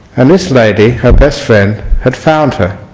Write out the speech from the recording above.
and this lady, her best friend had found her